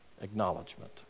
Acknowledgement